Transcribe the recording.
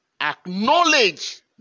acknowledge